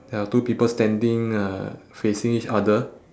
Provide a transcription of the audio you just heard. ya two people standing uh facing each other